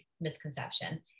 misconception